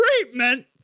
treatment